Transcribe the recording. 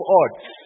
odds